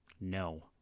No